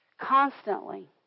Constantly